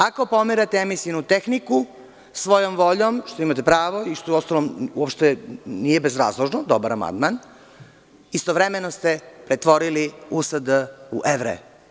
Ako pomerate „Emisionu tehniku“ svojom voljom, što imate pravo i što uostalom nije bezrazložno, dobar amandman, istovremeno ste pretvorili USD u evre.